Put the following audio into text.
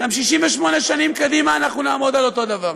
גם 68 שנים קדימה אנחנו נעמוד על אותו דבר.